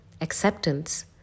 acceptance